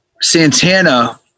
Santana